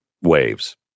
Waves